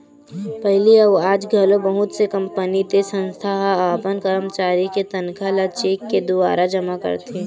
पहिली अउ आज घलो बहुत से कंपनी ते संस्था ह अपन करमचारी के तनखा ल चेक के दुवारा जमा करथे